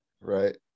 right